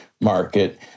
market